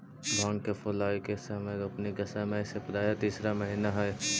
भांग के फूलाए के समय रोपनी के समय से प्रायः तीसरा महीना हई